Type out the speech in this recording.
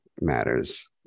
matters